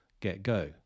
get-go